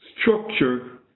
structure